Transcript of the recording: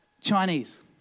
Chinese